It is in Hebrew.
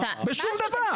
בשום דבר.